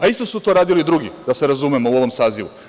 Isto su to radili drugi, da se razumemo, u ovom Sazivu.